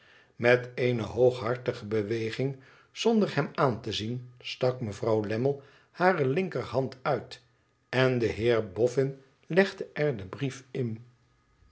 met eene hooghartige beweging zonder hem aan te zien stak mevrouw ammle hare linkerhsmd uit en de heer boffin legde er den briefin toen